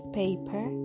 paper